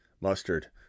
mustard